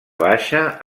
baixa